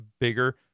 bigger